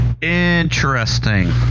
Interesting